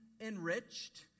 enriched